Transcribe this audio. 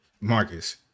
Marcus